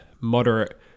moderate